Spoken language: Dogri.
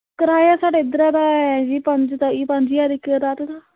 कराया साढ़े इद्धर दा ऐ पंज ज्हार रपेआ इक रात दा